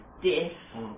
death